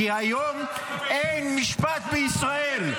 --- כי היום אין משפט בישראל.